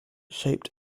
shaped